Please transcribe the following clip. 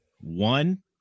one